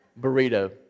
burrito